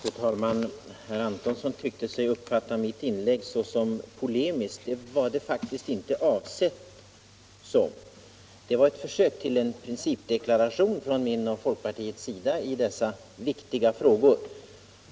Fru talman! Herr Antonsson tyckte sig uppfatta mitt inlägg som polemiskt. Det var det faktiskt inte avsett att vara. Det var ett försök till en principdeklaration från min och folkpartiets sida i dessa viktiga frågor.